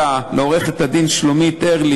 פתוחים וידידותיים.